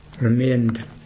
remained